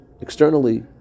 externally